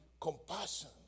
compassion